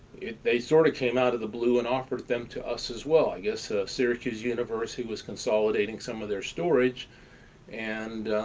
they sort of came out of the blue and offered them to us as well. i guess syracuse university was consolidating some of their storage and